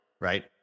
Right